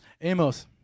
Amos